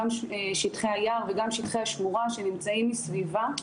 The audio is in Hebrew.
גם שטחי היער וגם שטחי שמורה שנמצאים מסביבה.